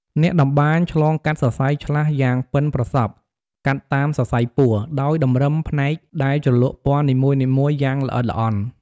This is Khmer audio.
អ្នកតម្បាញឆ្លងកាត់សរសៃឆ្លាស់យ៉ាងប៉ិនប្រសប់កាត់តាមសរសៃពួរ ដោយតម្រឹមផ្នែកដែលជ្រលក់ពណ៌នីមួយៗយ៉ាងល្អិតល្អន់។